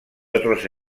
otros